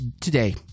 today